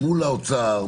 מול האוצר,